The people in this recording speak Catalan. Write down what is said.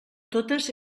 totes